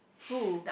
who